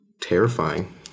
terrifying